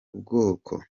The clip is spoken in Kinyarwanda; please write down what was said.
ubwoko